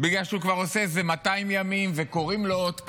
בגלל שהוא כבר עושה איזה 200 ימים וקוראים לו עוד פעם.